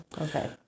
okay